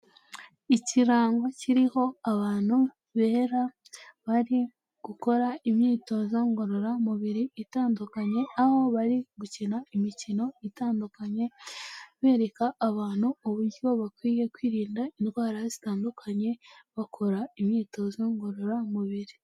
Ikirango kiriho abantu bera bari gukora imyitozo ngororamubiri itandukanye, aho bari gukina imikino itandukanye, bereka abantu uburyo bakwiye kwirinda indwara zitandukanye, bakora imyitozo ngororamubiri.